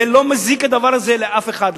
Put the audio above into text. ולא מזיק הדבר הזה לאף אחד.